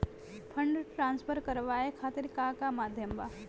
Fund transfer करवाये खातीर का का माध्यम बा?